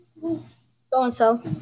So-and-so